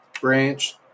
Branch